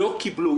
לא קיבלו.